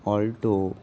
alto